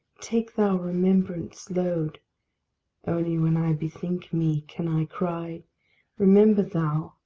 take thou remembrance' load only when i bethink me can i cry remember thou,